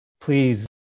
please